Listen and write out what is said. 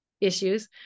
issues